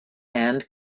and